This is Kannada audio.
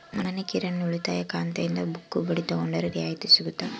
ಮನಿ ಕಿರಾಣಿ ಉಳಿತಾಯ ಖಾತೆಯಿಂದ ಬುಕ್ಕು ಮಾಡಿ ತಗೊಂಡರೆ ರಿಯಾಯಿತಿ ಸಿಗುತ್ತಾ?